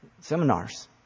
seminars